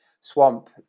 swamp